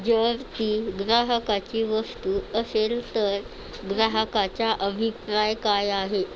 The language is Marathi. जर ती ग्राहकाची वस्तू असेल तर ग्राहकाचा अभिप्राय काय आहे